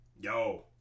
yo